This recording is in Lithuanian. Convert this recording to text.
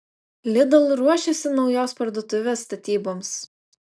lidl ruošiasi naujos parduotuvės statyboms